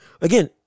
Again